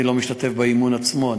אני לא משתתף באימון עצמו,